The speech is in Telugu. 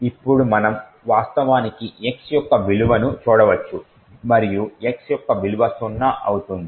ఇప్పుడు మనం వాస్తవానికి x యొక్క విలువను చూడవచ్చు మరియు x యొక్క విలువ సున్నా అవుతుంది